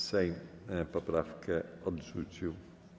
Sejm poprawkę odrzucił.